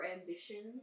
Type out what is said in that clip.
ambition